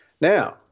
Now